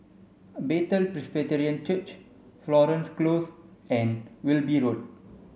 Bethel Presbyterian Church Florence Close and Wilby Road